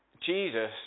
Jesus